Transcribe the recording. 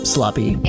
Sloppy